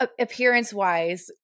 appearance-wise